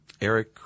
Eric